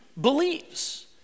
believes